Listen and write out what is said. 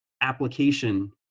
application